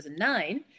2009